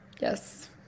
Yes